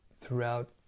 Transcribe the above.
throughout